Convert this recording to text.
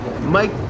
Mike